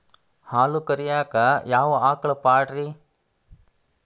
ಹಾಲು ಕರಿಯಾಕ ಯಾವ ಆಕಳ ಪಾಡ್ರೇ?